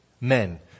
men